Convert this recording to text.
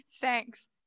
Thanks